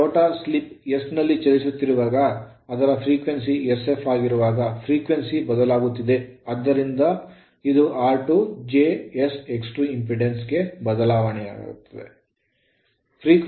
ಈಗ rotor slip s ನಲ್ಲಿ ಚಲಿಸುತ್ತಿರುವಾಗ ಅದರ frequency ಆವರ್ತನವು sf ಆಗಿರುವಾಗ frequency ಆವರ್ತನವು ಬದಲಾಗುತ್ತಿದೆ ಆದ್ದರಿಂದ ಇದು r2 jsX2 impedance ಗೆ ಅಡ್ಡಿಪಡಿಸುವ ಬದಲಾವಣೆಗಳು